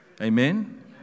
Amen